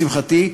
לשמחתי,